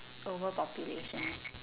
over population